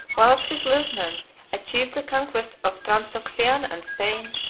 whilst his lieutenants achieved the conquest of transoxiana and spain,